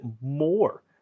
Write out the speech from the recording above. more